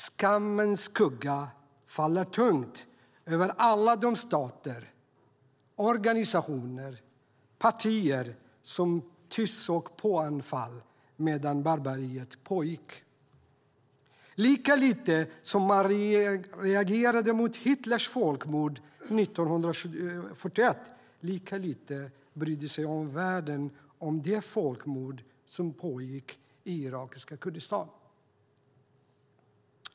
Skammens skugga faller tungt över alla de stater, organisationer och partier som tyst såg på Anfal medan barbariet pågick. Lika lite som man reagerade mot Hitlers folkmord 1941, lika lite brydde sig omvärlden om det folkmord som pågick i irakiska Kurdistan.